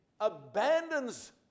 abandons